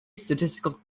statistical